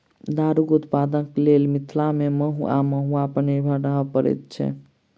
दारूक उत्पादनक लेल मिथिला मे महु वा महुआ पर निर्भर रहय पड़ैत छै